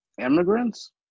Immigrants